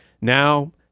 Now